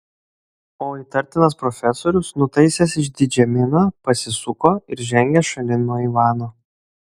o įtartinas profesorius nutaisęs išdidžią miną pasisuko ir žengė šalin nuo ivano